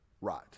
right